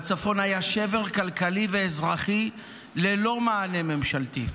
בצפון היה שבר כלכלי ואזרחי ללא מענה ממשלתי,